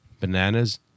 bananas